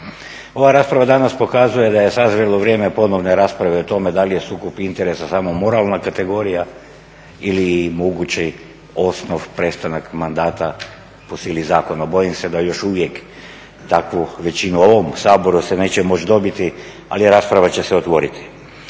Ova rasprava danas pokazuje da je sazrelo vrijeme ponovne rasprave o tome da li je sukob interesa samo moralna kategorija ili mogući osnov prestanak mandata po sili zakona. Bojim se da još uvijek takvu većinu u ovom Saboru se neće moći dobiti, ali rasprava će se otvoriti.